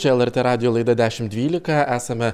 čia lrt radijo laida dešimt dvylika esame